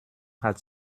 hat